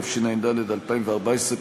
התשע"ד 2014,